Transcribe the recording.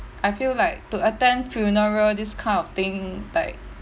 I feel like to attend funeral this kind of thing like